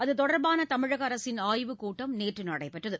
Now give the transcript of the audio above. அது தொடர்பான தமிழக அரசின் ஆய்வுக்கூட்டம் நேற்று நடைபெற்றது